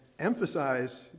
emphasize